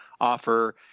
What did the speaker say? offer